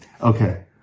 Okay